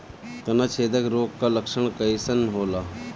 तना छेदक रोग का लक्षण कइसन होला?